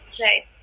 right